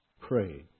pray